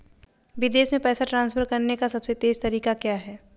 विदेश में पैसा ट्रांसफर करने का सबसे तेज़ तरीका क्या है?